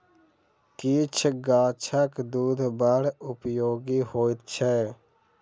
किछ गाछक दूध बड़ उपयोगी होइत छै